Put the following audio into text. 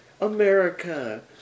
America